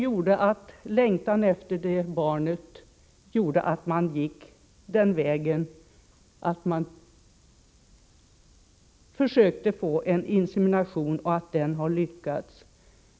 Men längtan efter barnet gjorde ändå att man försökte få en insemination, och den har lyckats.